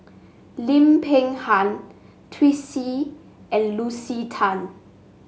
Lim Peng Han Twisstii and Lucy Tan